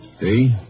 See